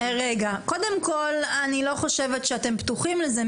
קודם כל אני לא חושבת שאתם פתוחים לזה,